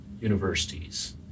universities